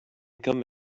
come